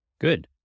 Good